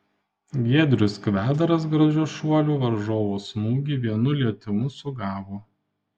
giedrius kvedaras gražiu šuoliu varžovo smūgį vienu lietimu sugavo